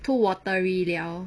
too watery liao